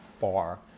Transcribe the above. far